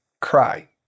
cry